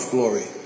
Glory